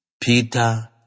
Peter